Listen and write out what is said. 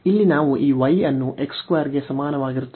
ಇಲ್ಲಿ ನಾವು ಈ y ಅನ್ನು x 2 ಗೆ ಸಮಾನವಾಗಿರುತ್ತದೆ